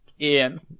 Ian